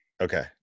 Okay